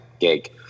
gig